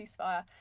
ceasefire